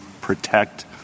protect